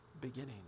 beginning